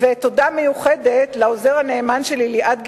תודה מיוחדת לעוזר הנאמן שלי, ליעד גילהר,